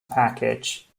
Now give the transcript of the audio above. package